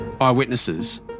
Eyewitnesses